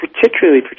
particularly